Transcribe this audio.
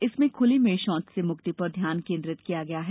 इसमें खुले में शौच से मुक्ति पर ध्यान केंद्रित किया गया है